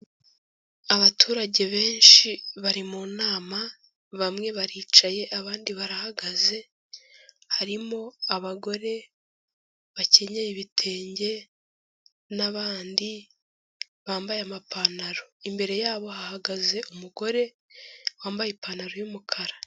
Abaturage benshi bari mu nama bamwe baricaye abandi barahagaze, harimo abagore bakenyeye ibitenge n'abandi bambaye amapantaro. Imbere yabo hahagaze umugore wambaye ipantaro y'umukara.